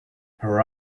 her